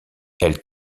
elle